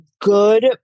good